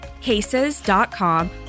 Cases.com